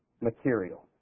material